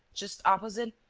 just opposite,